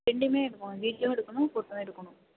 ரெண்டுமே எடுக்கணும் வீடியோவும் எடுக்கணும் ஃபோட்டோவும் எடுக்கணும்